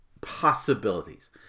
possibilities